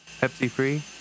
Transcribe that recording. Pepsi-free